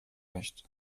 nicht